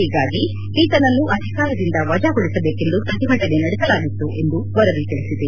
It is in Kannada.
ಹೀಗಾಗಿ ಈತನನ್ನು ಅಧಿಕಾರದಿಂದ ವಜಾಗೊಳಿಸಬೇಕೆಂದು ಪ್ರತಿಭಟನೆ ನಡೆಸಲಾಗಿತ್ತು ಎಂದು ವರದಿ ತಿಳಿಸಿದೆ